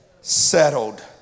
Settled